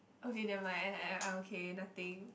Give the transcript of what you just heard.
okay never mind I I I okay nothing